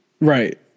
Right